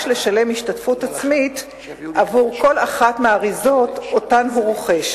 לשלם השתתפות עצמית עבור כל אחת מהאריזות שהוא רוכש.